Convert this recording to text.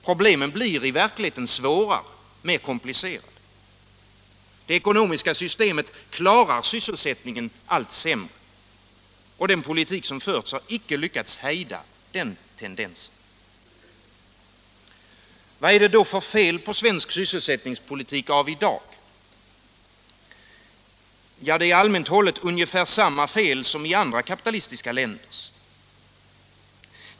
Problemen blir i verkligheten svårare och mer komplicerade. Det ekonomiska systemet klarar sysselsättningen allt sämre. Och den politik som förts har icke lyckats hejda den tendensen. Vad är det för fel på svensk sysselsättningspolitik av i dag? Det är allmänt hållet ungefär samma fel som i andra kapitalistiska länders.